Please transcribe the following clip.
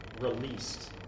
released